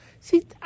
See